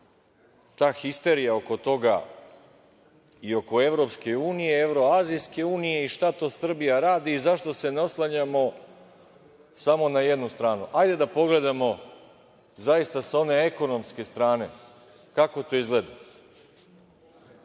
ta histerija oko toga, i oko Evropske unije i Evroazijske unije i šta to Srbija radi i zašto se ne oslanjamo samo na jednu stranu, hajde da pogledamo zaista sa one ekonomske strane kako to izgleda. Kažemo